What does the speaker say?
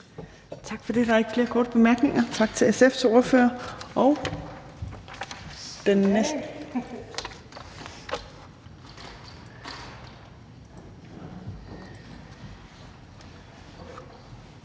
Tak for det. Der er ikke flere korte bemærkninger. Tak til SF's ordfører. Den næste